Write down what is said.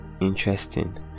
Interesting